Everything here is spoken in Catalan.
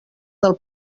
del